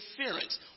interference